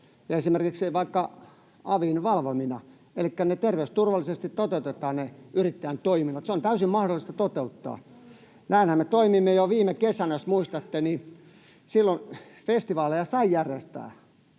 esimerkiksi avin valvomina. Elikkä ne yrittäjän toiminnot toteutetaan terveysturvallisesti. Se on täysin mahdollista toteuttaa. Näinhän me toimimme jo viime kesänä: jos muistatte, niin silloin festivaaleja sai järjestää.